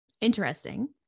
interesting